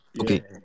okay